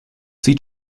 sieht